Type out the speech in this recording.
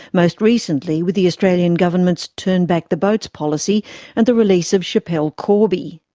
most recently with the australian government's turn back the boats policy and the release of schapelle corby.